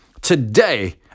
today